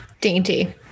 dainty